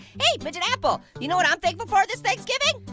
hey midget apple! you know what i'm thankful for this thanksgiving?